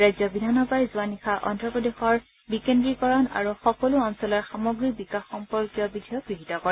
ৰাজ্য বিধানসভাই যোৱা নিশা অন্ধ্ৰপ্ৰদেশৰ বিকেন্দ্ৰীকৰণ আৰু সকলো অঞ্চলৰ সামগ্ৰিক বিকাশ সম্পৰ্কীয় বিধেয়ক গৃহীত কৰে